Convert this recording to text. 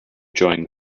join